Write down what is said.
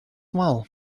well